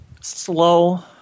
slow